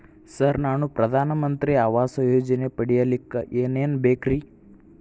Sir ನಾನು ಪ್ರಧಾನ ಮಂತ್ರಿ ಆವಾಸ್ ಯೋಜನೆ ಪಡಿಯಲ್ಲಿಕ್ಕ್ ಏನ್ ಏನ್ ಬೇಕ್ರಿ?